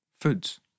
foods